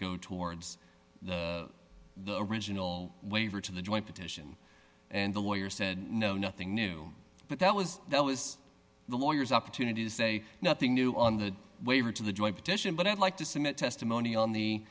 go towards the original waiver to the joint petition and the lawyer said no nothing new but that was that was the lawyers opportunity to say nothing new on the waiver to the joint petition but i'd like to submit testimony on the